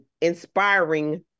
inspiring